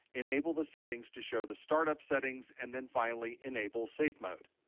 enable the settings to show the startup settings, and then finally enable safe mode.